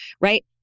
right